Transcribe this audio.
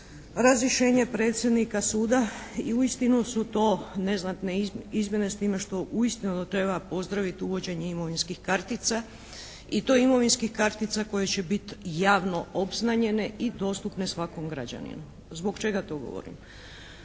razrješenje predsjednika suda i uistinu su to neznatne izmjene s time što uistinu treba pozdraviti uvođenje imovinskih kartica i to imovinskih kartica koje će biti javno obznanjene i dostupne svakom građaninu. Zbog čega to govorim?